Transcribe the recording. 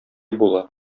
була